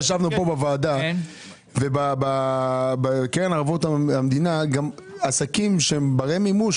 ישבנו פה בוועדה ובקרן הלוואות המדינה עסקים שהם ברי מימוש,